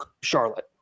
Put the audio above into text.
Charlotte